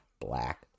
Black